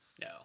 No